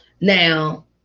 Now